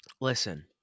Listen